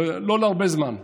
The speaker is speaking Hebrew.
ולא להרבה זמן,